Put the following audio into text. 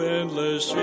endless